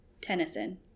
Tennyson